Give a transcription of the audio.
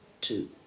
Two